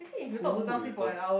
who will you turn